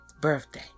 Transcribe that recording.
birthday